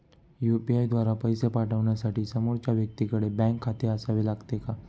UPI द्वारा पैसे पाठवण्यासाठी समोरच्या व्यक्तीकडे बँक खाते असावे लागते का?